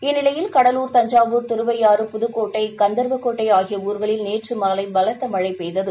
இந்நிலையில் கடலூர் தஞ்சாவூர் திருவையாறு புதுக்கோட்டை கந்தர்வக்கோட்டை ஆகிய ஊர்களில் நேற்று மாலை பலத்த மழை பெய்தது